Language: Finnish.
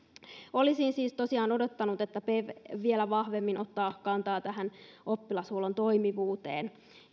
olisin siis tosiaan odottanut että pev vielä vahvemmin ottaa kantaa oppilashuollon toimivuuteen